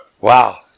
Wow